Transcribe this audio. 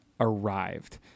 arrived